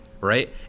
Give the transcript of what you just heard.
right